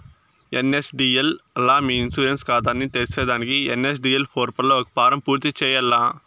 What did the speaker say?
NSDL లా మీ insurance కాతాని తెర్సేదానికి ఎన్.ఎస్.డి.ఎల్ పోర్పల్ల ఒక ఫారం పూర్తి చేయాల్ల